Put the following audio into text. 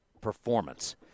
performance